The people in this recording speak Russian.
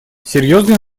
серьезная